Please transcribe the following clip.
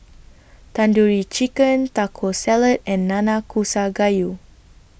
Tandoori Chicken Taco Salad and Nanakusa Gayu